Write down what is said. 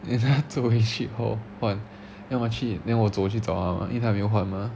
then 她走回去 hall 换 then 我去 then 我走去找她因为她还没有换吗